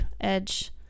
edge